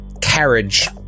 carriage